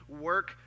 work